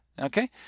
Okay